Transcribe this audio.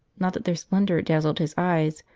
not that their splendour dazzled his eyes,